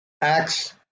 acts